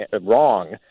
wrong